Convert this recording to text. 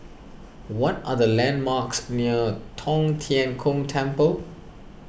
what are the landmarks near Tong Tien Kung Temple